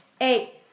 eight